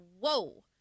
whoa